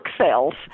sales